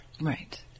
Right